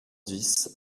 dix